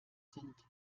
sind